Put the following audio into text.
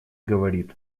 говорит